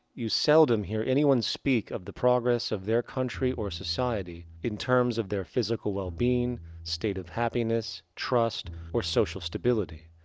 you seldom hear anyone speak of the progress of their country or society in terms of their physical well-being, state of happiness, trust or social stability.